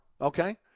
okay